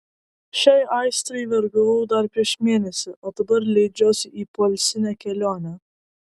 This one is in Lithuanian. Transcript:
šiai aistrai vergavau dar prieš mėnesį o dabar leidžiuosi į poilsinę kelionę